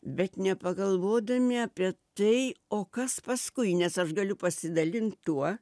bet nepagalvodami apie tai o kas paskui nes aš galiu pasidalint tuo